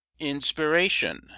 INSPIRATION